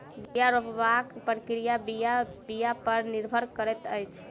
बीया रोपबाक प्रक्रिया बीया बीया पर निर्भर करैत अछि